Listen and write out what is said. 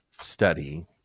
study